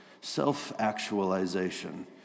self-actualization